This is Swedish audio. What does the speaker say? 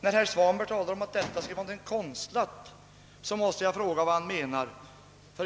När herr Svanberg talar om att förslaget skulle innebära något konstlat måste jag fråga vad han menar.